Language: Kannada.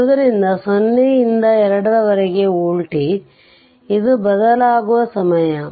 ಆದ್ದರಿಂದ 0 ರಿಂದ 2 ರವರೆಗೆ ವೋಲ್ಟೇಜ್ ಇದು ಬದಲಾಗುವ ಸಮಯ